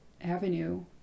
avenue